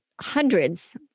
hundreds